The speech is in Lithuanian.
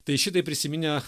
tai šitai prisiminę